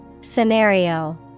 Scenario